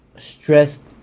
Stressed